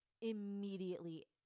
immediately